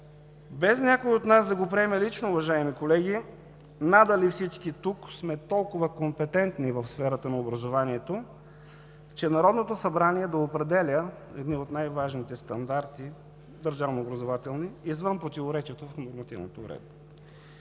Без някой от нас да го приеме лично, уважаеми колеги, надали всички тук сме толкова компетентни в сферата на образованието, че Народното събрание да определя едни от най-важните стандарти – държавно-образователни, извън противоречието в нормативната уредба.